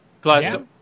Plus